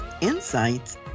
insights